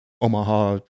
omaha